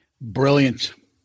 Brilliant